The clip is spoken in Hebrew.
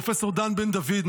פרופ' דן בן דוד,